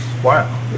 Wow